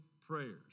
prayers